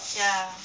ya